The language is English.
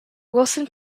wilson